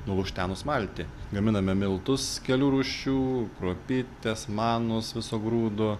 nulukštenus malti gaminame miltus kelių rūšių kruopytes manus viso grūdo